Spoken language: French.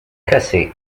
cassé